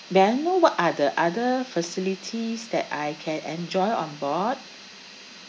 may I know what are the other facilities that I can enjoy on board